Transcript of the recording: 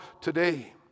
today